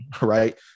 Right